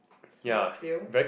smallest seal